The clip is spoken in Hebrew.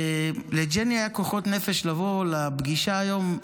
לג'ני היו כוחות נפש לבוא לפגישה היום,